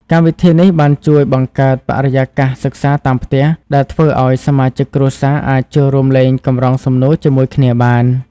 កម្មវិធីនេះបានជួយបង្កើតបរិយាកាសសិក្សាតាមផ្ទះ ដែលធ្វើឲ្យសមាជិកគ្រួសារអាចចូលរួមលេងកម្រងសំណួរជាមួយគ្នាបាន។